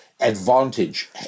advantage